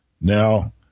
Now